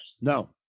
No